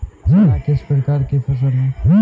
चना किस प्रकार की फसल है?